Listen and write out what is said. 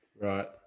Right